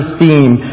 theme